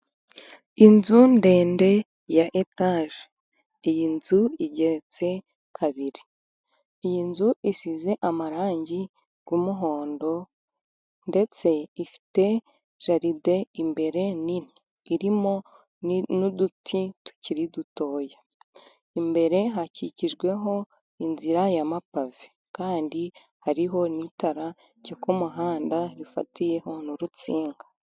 Inzu ndende ya etage, iyi nzu igeretse kabiri, iyi nzu isize amarangi y'umuhondo, ndetse ifite jaride imbere nini irimo n'uduti tukiri duto, imbere hakikijweho inzira ya mapave, kandi hariho n'itara ryo ku muhanda bifatiyeho n'urutsinga.